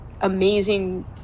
amazing